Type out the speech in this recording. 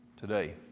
Today